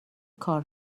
کار